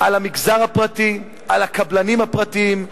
על המגזר הפרטי, על הקבלנים הפרטיים,